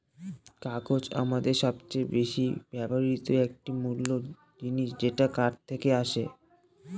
কাগজ আমাদের সবচেয়ে বেশি ব্যবহৃত একটি মূল জিনিস যেটা কাঠ থেকে আসে